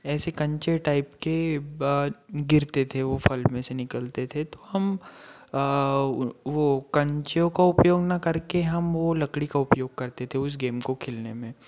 ऐसे कंचे टाईप के ब गिरते थे वो फल में से निकलते थे तो हम वो कंचों का उपयोग न करके हम वो लकड़ी का उपयोग करते थे उस गेम को खेलने में